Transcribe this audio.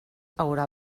haurà